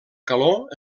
calor